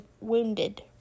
wounded